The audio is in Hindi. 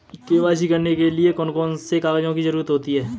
के.वाई.सी करने के लिए कौन कौन से कागजों की जरूरत होती है?